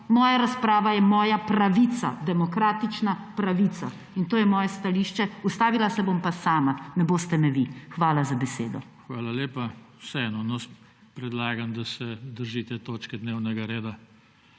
Moja razprava je moja pravica, demokratična pravica, in to je moje stališče. Ustavila se bom pa sama, ne boste me vi. Hvala za besedo. PODPREDSEDNIK JOŽE TANKO: Hvala lepa. Vseeno predlagam, da se držite točke dnevnega reda.